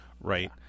right